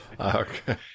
Okay